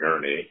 journey